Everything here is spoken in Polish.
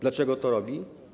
Dlaczego to robi?